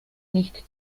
nicht